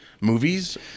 movies